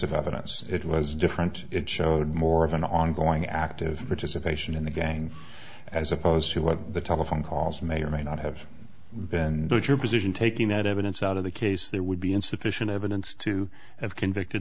of evidence it was different it showed more of an ongoing active participation in the gang as opposed to what the telephone calls may or may not have been and that your position taking that evidence out of the case there would be insufficient evidence to have convicted